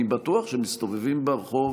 אני בטוח שמסתובבים ברחוב